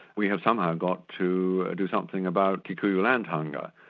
we have somehow got to do something about kikuyu land hunger,